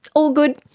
all good.